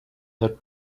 had